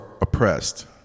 oppressed